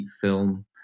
film